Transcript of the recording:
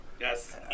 Yes